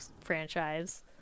franchise